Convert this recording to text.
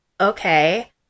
okay